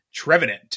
Trevenant